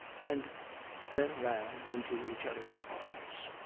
and then ran into each other's arms.